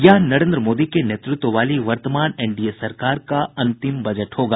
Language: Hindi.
यह नरेन्द्र मोदी के नेतृत्व वाली वर्तमान एनडीए सरकार का अंतिम बजट होगा